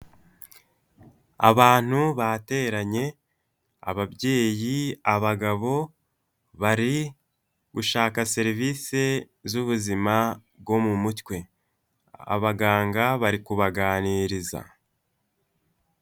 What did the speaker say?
Abantu bateranye ababyeyi abagabo bari gushaka serivisi z'ubuzima bwo mu mutwe, abaganga bari kubaganiriza.